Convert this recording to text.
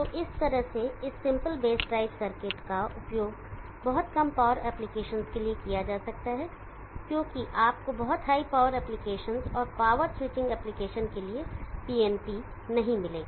तो इस तरह से इस सिंपल बेस ड्राइव सर्किट का उपयोग बहुत कम पावर एप्लीकेसंस के लिए किया जा सकता है क्योंकि आपको बहुत हाई पावर एप्लीकेशन और पावर स्विचिंग एप्लीकेशन के लिए PNP नहीं मिलेगा